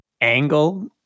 angle